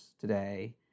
today